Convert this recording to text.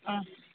ആ